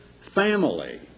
family